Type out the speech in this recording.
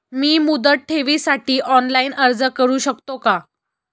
मी मुदत ठेवीसाठी ऑनलाइन अर्ज करू शकतो का?